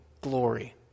glory